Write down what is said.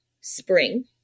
spring